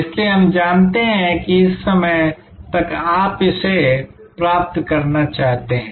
इसलिए हम जानते हैं कि इस समय तक आप इसे प्राप्त करना चाहते हैं